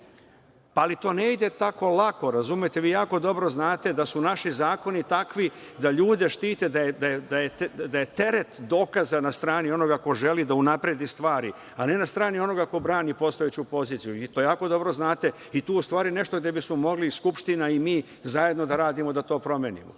Ali to ne ide tako lako, razumete. Vi jako dobro znate da su naši zakoni takvi da ljude štite, da je teret dokaza na strani onoga ko želi da unapredi stvari, a ne na strani onoga ko brani postojeću poziciju. Vi to jako dobro znate i to je u stvari nešto gde bismo mogli Skupština i mi zajedno da radimo da to promenimo.